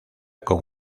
con